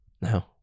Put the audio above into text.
No